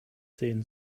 sehen